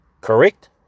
correct